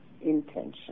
intention